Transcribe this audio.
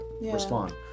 respond